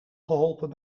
geholpen